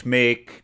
make